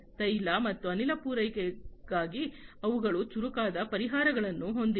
ತೈಲ ಮತ್ತು ಅನಿಲ ಪೂರೈಕೆಗಾಗಿ ಅವುಗಳು ಚುರುಕಾದ ಪರಿಹಾರಗಳನ್ನು ಹೊಂದಿವೆ